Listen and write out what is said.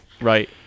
Right